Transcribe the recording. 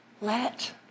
let